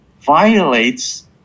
violates